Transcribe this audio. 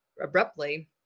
abruptly